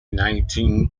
nineteen